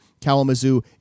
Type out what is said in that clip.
Kalamazoo